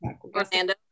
orlando